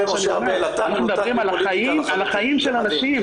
אנחנו מדברים על החיים של אנשים.